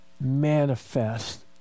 manifest